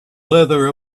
leather